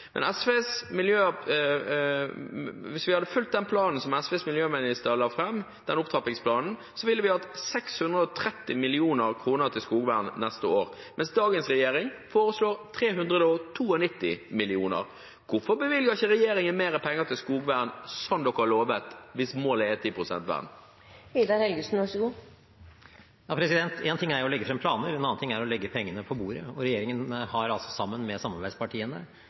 hvis vi hadde fulgt den opptrappingsplanen som SVs miljøminister la fram, ville vi hatt 630 mill. kr til skogvern neste år, mens dagens regjering foreslår 392 mill. kr. Hvorfor bevilger ikke regjeringen mer penger til skogvern, som de lovet, hvis målet er 10 pst. vern? En ting er å legge frem planer, en annen ting er å legge pengene på bordet. Regjeringen har, sammen med samarbeidspartiene,